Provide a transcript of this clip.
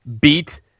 beat